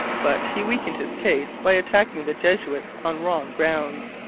but he weakened his case by attacking the jesuits on wrong grounds.